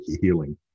healing